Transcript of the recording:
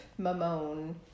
Mamone